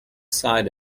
side